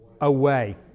Away